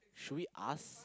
should we ask